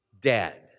dead